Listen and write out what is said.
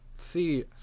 See